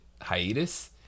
Hiatus